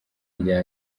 rya